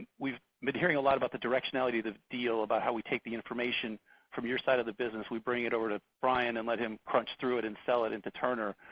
we've been hearing a lot about the directionality of the deal about how we take the information from your side of the business. we bring it over to brian and let him crunch through it and sell it into turner.